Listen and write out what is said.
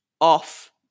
off